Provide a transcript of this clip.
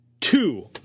two